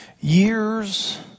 years